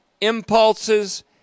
impulses